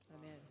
Amen